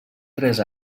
tres